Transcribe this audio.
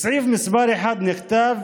בסעיף מס' 1 נכתב: